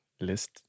list